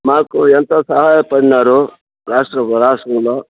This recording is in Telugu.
మాకు ఎంతో సహాయపడినారు రాష్ట్రం రాష్ట్రంలో